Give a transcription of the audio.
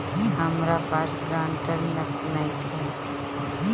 हमरा पास ग्रांटर नइखे?